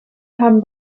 haben